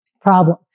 problem